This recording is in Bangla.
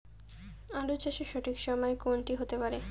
আলু চাষের সঠিক সময় কোন টি হতে পারে?